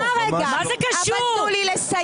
שנייה רגע, תנו לי לסיים.